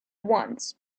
once